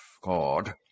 God